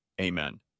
Amen